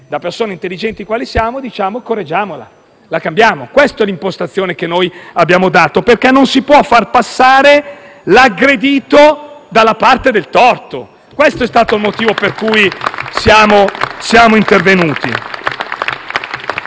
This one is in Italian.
da persone intelligenti quali siamo, diciamo: «correggiamola», «cambiamola». Questa è l'impostazione che abbiamo dato, perché non si può far passare l'aggredito dalla parte del torto. Questo è il motivo per cui siamo intervenuti.